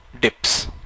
dips